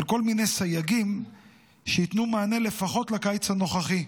על כל מיני סייגים שייתנו מענה לפחות לקיץ הנוכחי.